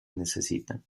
necesitan